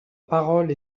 parole